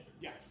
Yes